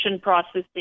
processing